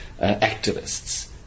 activists